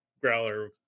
growler